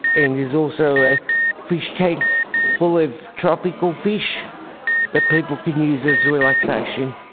and there's also a fish tank full of tropical fish that people can use as relaxation.